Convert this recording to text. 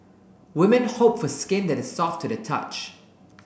women hope for skin that is soft to the touch